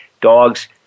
dogs